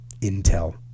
Intel